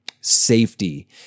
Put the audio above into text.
safety